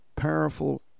Powerful